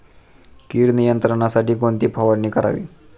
कीड नियंत्रणासाठी कोणती फवारणी करावी?